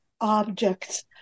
objects